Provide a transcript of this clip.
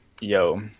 yo